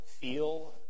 feel